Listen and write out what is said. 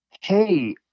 Hey